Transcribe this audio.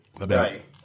Right